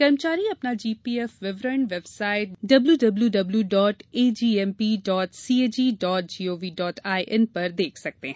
कर्मचारी अपना जीपीएफ विवरण website W W W dot AGMP dot CAG dot GOV dot IN पर देख सकते है